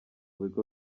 bigo